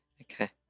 okay